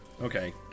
Okay